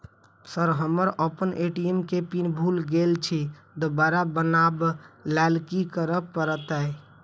Sir हम अप्पन ATM केँ पिन भूल गेल छी दोबारा बनाब लैल की करऽ परतै?